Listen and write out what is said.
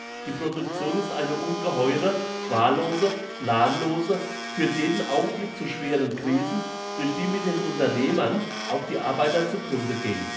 die production ist eine ungeheure wahllose planlose führt jeden augenblick zu schweren krisen durch die mit den unternehmern auch die arbeiter zugrunde gehen